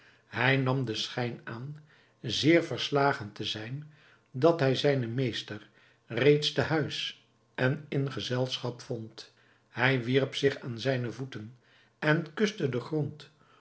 hij nam den schijn aan zeer verslagen te zijn dat hij zijnen meester reeds te huis en in gezelschap vond hij wierp zich aan zijne voeten en kuste den grond